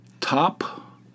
top